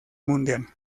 mundial